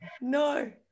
No